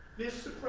this